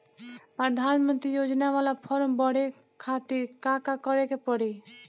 प्रधानमंत्री योजना बाला फर्म बड़े खाति का का करे के पड़ी?